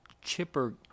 Chipper